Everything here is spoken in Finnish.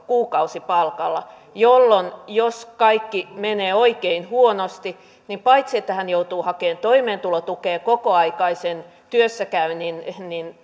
kuukausipalkalla jolloin jos kaikki menee oikein huonosti niin paitsi että hän joutuu hakemaan toimeentulotukea kokoaikaisen työssäkäynnin